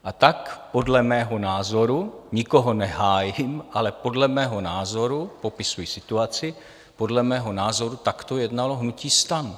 A tak, podle mého názoru, nikoho nehájím, ale podle mého názoru, popisuji situaci, podle mého názoru takto jednalo hnutí STAN.